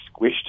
squished